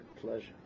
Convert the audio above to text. pleasure